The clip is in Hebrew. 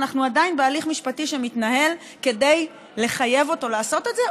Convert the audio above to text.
ואנחנו עדיין בהליך משפטי שמתנהל כדי לחייב אותו לעשות את זה,